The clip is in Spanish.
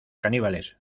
caníbales